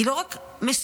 היא לא רק מסוכנת,